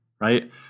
Right